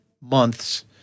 months